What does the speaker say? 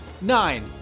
Nine